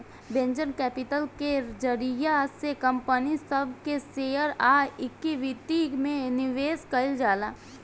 venture capital के जरिया से कंपनी सब के शेयर आ इक्विटी में निवेश कईल जाला